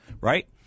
right